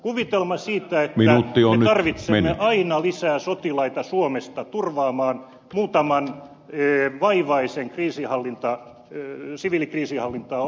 kuvitelma siitä että me tarvitsemme aina lisää sotilaita suomesta turvaamaan muutaman vaivaisen siviilikriisinhallintaan osallistuvan asiantuntijan on väärin